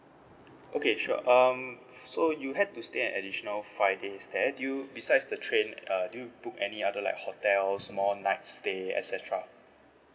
okay sure um so you had to stay an additional five days there you besides the train uh do you book any other like hotel more night stay et cetera